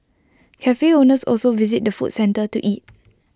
Cafe owners also visit the food centre to eat